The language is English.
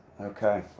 Okay